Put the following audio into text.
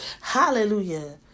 hallelujah